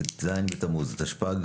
ט"ז בתמוז התשפ"ג,